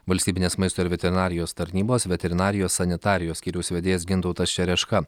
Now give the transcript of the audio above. valstybinės maisto ir veterinarijos tarnybos veterinarijos sanitarijos skyriaus vedėjas gintautas čereška